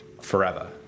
forever